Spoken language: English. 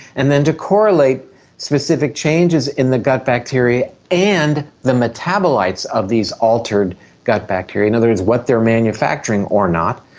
and then to correlate specific changes in the gut bacteria and the metabolites of these altered gut bacteria. in other words, what they are manufacturing or not,